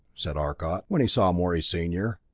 said arcot, when he saw morey senior,